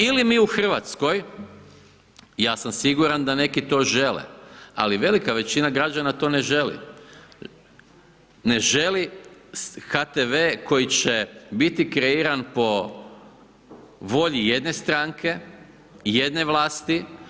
Ili mi u Hrvatskoj, ja sam siguran da neki to žele, ali velika većina građana to ne želi, ne želi HTV koji će biti kreiran po volji jedne stranke, jedne vlasti.